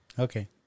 Okay